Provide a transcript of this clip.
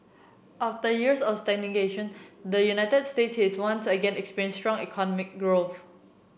after years of stagnation the United States is once again experiencing strong economic growth